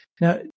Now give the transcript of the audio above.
Now